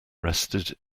rested